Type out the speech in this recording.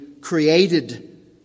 created